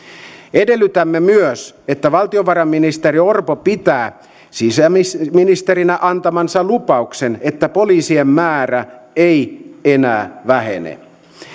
edellytämme myös että valtiovarainministeri orpo pitää sisäministerinä antamansa lupauksen että poliisien määrä ei enää vähene